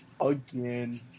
again